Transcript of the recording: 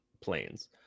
planes